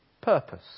purpose